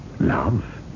Love